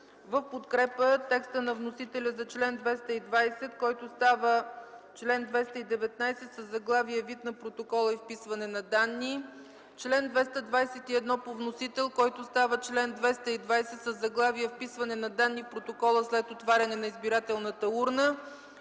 в подкрепа текста на вносителя за чл. 220, който става чл. 219, със заглавие „Вид на протокола и вписване на данни”, чл. 221 по вносител, който става чл. 220 със заглавие „Вписване на данни в протокола след отваряне на избирателната урна”